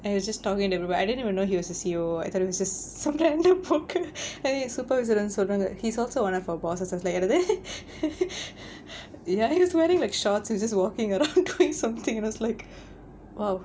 and he was just talking to everybody I didn't even know he was a C_O_O I thought just somekind of broker என்:en supervisor வந்து சொல்றாங்க:vanthu solraanga he's also one of our bosses I was like he was wearing like shorts and just walking around doing something I was like !wow!